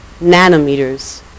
nanometers